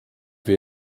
wir